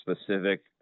specific